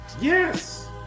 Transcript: Yes